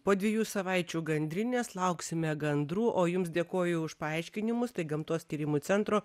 po dviejų savaičių gandrinės lauksime gandrų o jums dėkoju už paaiškinimus tai gamtos tyrimų centro